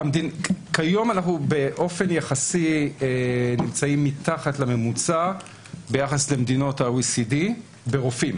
כיום אנחנו באופן יחסי נמצאים מתחת לממוצע ביחס למדינות ה-OECD ברופאים